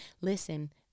Listen